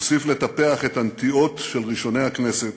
נוסיף לטפח את הנטיעות של ראשוני הכנסת,